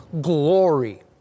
glory